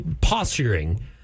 Posturing